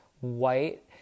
white